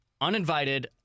uninvited